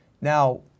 Now